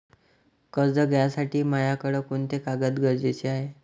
कर्ज घ्यासाठी मायाकडं कोंते कागद गरजेचे हाय?